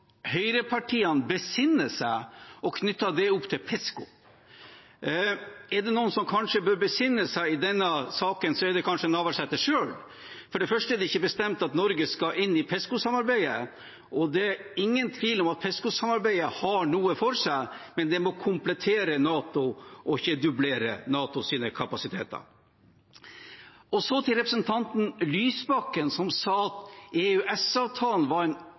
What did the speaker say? høyrepartiene besinne seg og knyttet det opp til PESCO. Er det noen som bør besinne seg i denne saken, så er det kanskje Navarsete selv. For det første er det ikke bestemt at Norge skal inn i PESCO-samarbeidet. Det er ingen tvil om at PESCO-samarbeidet har noe for seg, men det må komplettere NATO og ikke dublere NATOs kapasiteter. Og så til representanten Lysbakken, som sa at EØS-avtalen var